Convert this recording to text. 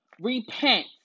Repent